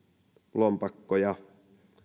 lompakkoja